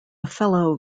fellow